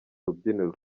rubyiniro